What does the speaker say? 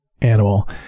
animal